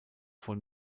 vor